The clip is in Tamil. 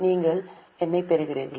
நீங்கள் என்னைப் பெறுகிறீர்களா